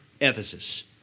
Ephesus